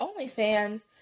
OnlyFans